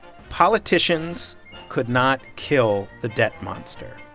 politicians could not kill the debt monster,